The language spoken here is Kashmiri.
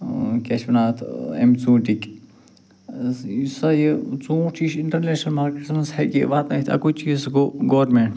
ٲں کیٛاہ چھِ ونان اَتھ ٲں اَمہِ ژوٗنٹھِکۍ ٲں یُس ہسا یہِ ژوٗنٛٹھ چھُ یہِ چھُ انٹرنیشنل مارکیٚٹس منٛز ہیٚکہِ یہِ واتنٲوِتھ اَکُے چیٖز سُہ گوٚو گورمیٚنٛٹ